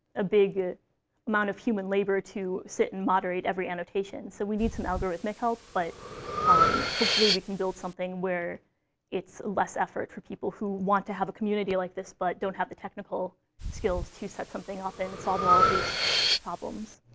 ah big amount of human labor to sit and moderate every annotation. so we need some algorithmic help. but um hopefully we can build something where it's less effort for people who want to have a community like this, but don't have the technical skills to set something up and solve all of these problems.